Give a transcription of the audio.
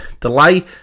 delay